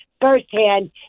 firsthand